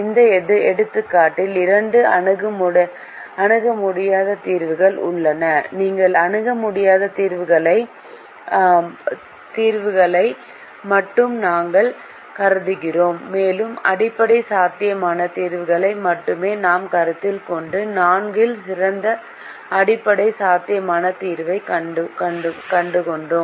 இந்த எடுத்துக்காட்டில் இரண்டு அணுக முடியாத தீர்வுகள் உள்ளன நீங்கள் அணுக முடியாத தீர்வுகளை விட்டுவிடுகிறோம் அடிப்படை சாத்தியமான தீர்வுகளை மட்டுமே நாங்கள் கருதுகிறோம் மேலும் அடிப்படை சாத்தியமான தீர்வுகளை மட்டுமே நாம் கருத்தில் கொண்டு 4 இல் சிறந்த அடிப்படை சாத்தியமான தீர்வைக் கண்டறிந்தோம்